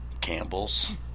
Campbell's